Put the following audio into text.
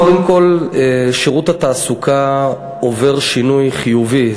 קודם כול, שירות התעסוקה עובר שינוי חיובי.